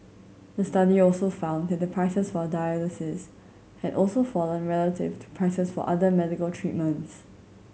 the study also found that the prices for dialysis had also fallen relative to prices for other medical treatments